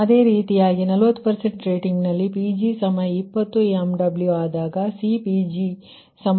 ಅದೇ ರೀತಿ 40 ರೇಟಿಂಗ್ ನಲ್ಲಿ Pg20 MW ಆದಾಗCPg222